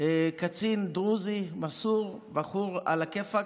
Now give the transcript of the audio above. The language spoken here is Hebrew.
קצין דרוזי מסור, בחור עלא כיפאק.